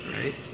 Right